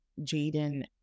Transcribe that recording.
Jaden